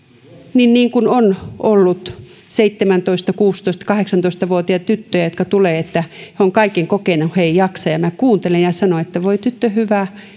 käy niin kuin on ollut kuusitoista seitsemäntoista kahdeksantoista vuotiaita tyttöjä jotka tulevat että he ovat kaiken kokeneet ja he eivät jaksa ja minä kuuntelen ja sanon että voi tyttö hyvä et